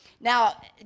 Now